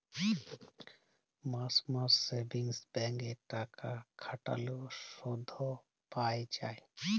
মাস মাস savings bank এ টাকা খাটাল্যে শুধ পাই যায়